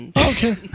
Okay